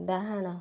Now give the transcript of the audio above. ଡାହାଣ